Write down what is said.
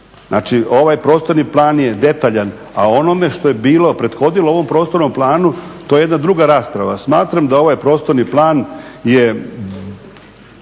Znači ovaj prostorni plan je detaljan. A onome što je bilo, prethodilo ovom prostornom planu to je jedna druga rasprava. Smatram da ovaj prostorni plan je